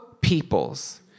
peoples